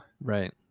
Right